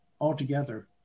altogether